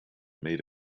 made